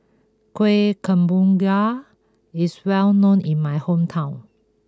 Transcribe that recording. Kuih Kemboja is well known in my hometown